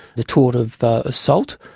the tort of assault,